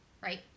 right